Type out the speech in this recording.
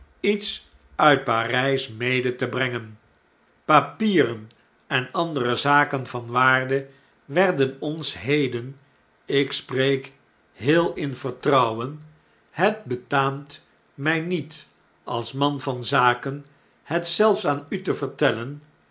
iets uit p a r y s mede te brengen papieren en andere zaken van waarde werden ons heden ik spreek heel in vertrouwen het betaamt my niet als man van zaken het zelfs aan u te vertellen